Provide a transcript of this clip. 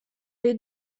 les